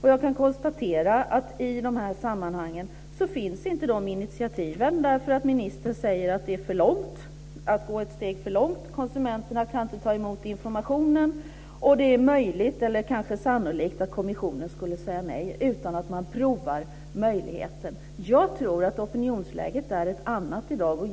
Jag kan konstatera att dessa initiativ inte finns i de här sammanhangen därför att ministern säger att det är att gå ett steg för långt, att konsumenterna inte kan ta emot informationen och att det är möjligt, eller kanske sannolikt, att kommissionen skulle säga nej. Man prövar inte möjligheten. Jag tror att opinionsläget är ett annat i dag.